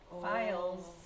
files